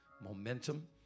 momentum